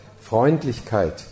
Freundlichkeit